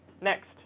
Next